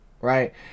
right